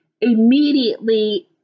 immediately